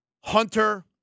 Hunter